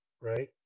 right